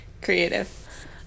Creative